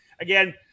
Again